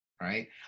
right